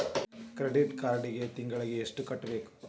credit ಕಾರ್ಡಿಗಿ ತಿಂಗಳಿಗಿ ಎಷ್ಟ ಕಟ್ಟಬೇಕ